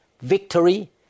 victory